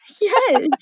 Yes